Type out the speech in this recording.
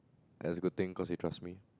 as a good thing cause he trust me